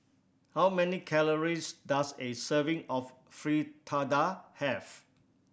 how many calories does a serving of Fritada have